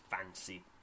fancy